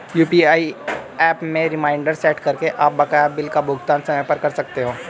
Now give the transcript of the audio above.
UPI app में reminder set करके आप बकाया बिल का भुगतान समय पर कर सकते हैं